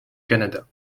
canada